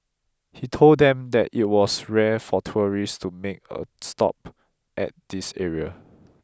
he told them that it was rare for tourists to make a stop at this area